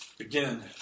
Again